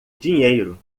dinheiro